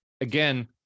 again